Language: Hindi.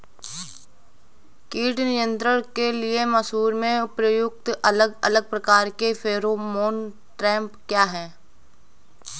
कीट नियंत्रण के लिए मसूर में प्रयुक्त अलग अलग प्रकार के फेरोमोन ट्रैप क्या है?